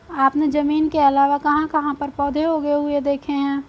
आपने जमीन के अलावा कहाँ कहाँ पर पौधे उगे हुए देखे हैं?